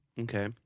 Okay